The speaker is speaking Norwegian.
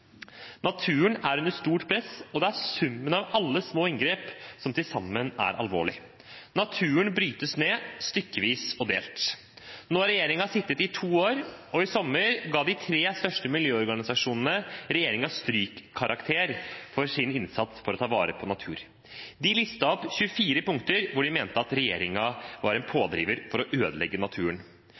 naturen og det biologiske mangfoldet. Naturen er under stort press, og det er summen av alle små inngrep som til sammen er alvorlig. Naturen brytes ned stykkevis og delt. Nå har regjeringen sittet i to år, og i sommer ga de tre største miljøorganisasjonene regjeringen strykkarakter for sin innsats for å ta vare på natur. De listet opp 24 punkter hvor de mente at regjeringen var en pådriver for å ødelegge naturen.